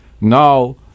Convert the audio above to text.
now